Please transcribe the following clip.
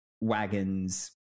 wagons